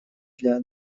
для